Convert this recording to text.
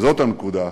וזאת הנקודה,